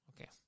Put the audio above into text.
Okay